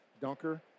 dunker